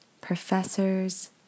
professors